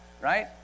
right